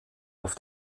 auf